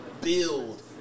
build